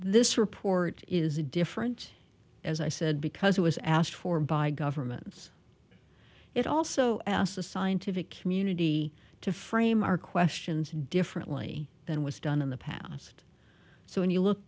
this report is a different as i said because it was asked for by governments it also asked the scientific community to frame our questions differently than was done in the past so when you look